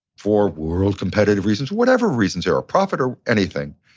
for world competitive reasons, whatever reasons there are, profit or anything,